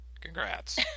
Congrats